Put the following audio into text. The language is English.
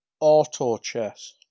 Auto-chess